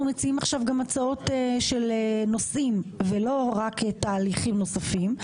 מציעים עכשיו גם הצעות של נושאים ולא רק תהליכים נוספים.